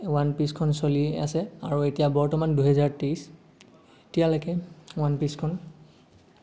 one পিছখন চলি আছে আৰু এতিয়া বৰ্তমান দুহেজাৰ তেইছ এতিয়ালৈকে ওৱান পিছখন